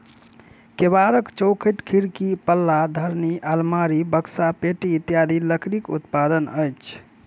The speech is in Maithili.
केबाड़, चौखटि, खिड़कीक पल्ला, धरनि, आलमारी, बकसा, पेटी इत्यादि लकड़ीक उत्पाद अछि